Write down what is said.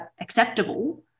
acceptable